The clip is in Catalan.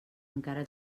encara